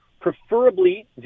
preferably